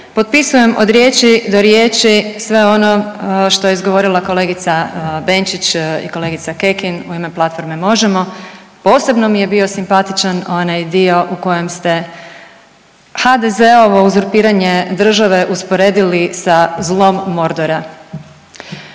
potpisujem od riječi do riječi sve ono što je izgovorila kolegica Benčić i kolegica Kekin u ime platforme Možemo!, posebno mi je bio simpatičan onaj dio u kojem ste HDZ-ovo uzurpiranje države usporedili sa zlom Mordora.